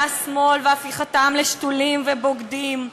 השמאל והופכים אותם לשתולים ובוגדים?